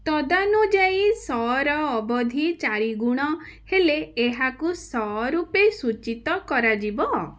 ତଦାନୁଯାୟୀ ସ ର ଅବଧି ଚାରି ଗୁଣ ହେଲେ ଏହାକୁ ସ ରୂପେ ସୂଚୀତ କରାଯିବ